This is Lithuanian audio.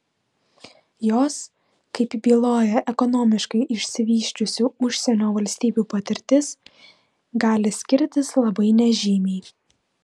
jos kaip byloja ekonomiškai išsivysčiusių užsienio valstybių patirtis gali skirtis labai nežymiai